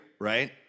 right